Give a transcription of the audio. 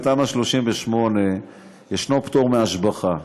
בתמ"א 38 יש פטור מהשבחה,